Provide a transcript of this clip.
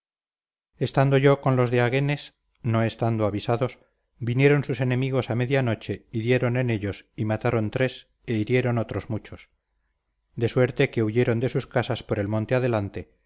estando yo con los de aguenes no estando avisados vinieron sus enemigos a media noche y dieron en ellos y mataron tres e hirieron otros muchos de suerte que huyeron de sus casas por el monte adelante